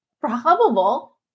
probable